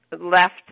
left